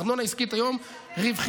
ארנונה עסקית היום רווחית,